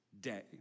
day